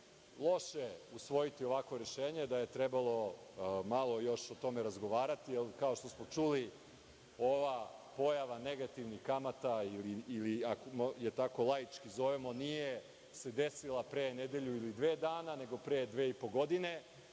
loše usvojiti ovakvo rešenje da je trebalo malo još o tome razgovarati, jer kao što smo čuli, ova pojava negativnih kamata, ako tako laički zovemo, nije se desila pre nedelju ili dve dana, nego pre dve i po godine.